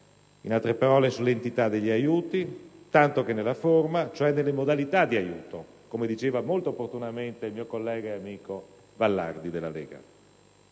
nella sostanza, l'entità degli aiuti, quanto nella forma, cioè nelle modalità di aiuto, come diceva molto opportunamente il mio collega e amico Vallardi della Lega.